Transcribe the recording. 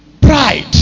Pride